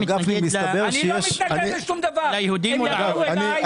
אתה מתנגד ליהודים או לערבים?